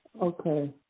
Okay